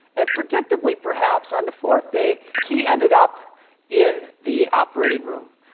and predictably, perhaps, on the fourth day he ended up in the operating room.